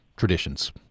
Traditions